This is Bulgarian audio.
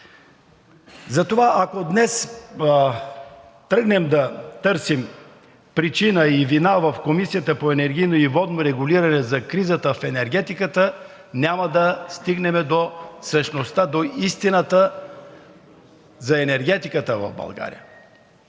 Затова, ако днес тръгнем да търсим причина и вина в Комисията за енергийно и водно регулиране за кризата в енергетиката, няма да стигнем до същността, до истината за енергетиката в България.